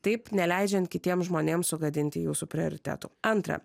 taip neleidžiant kitiems žmonėms sugadinti jūsų prioritetų antra